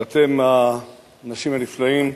ואתם, האנשים הנפלאים,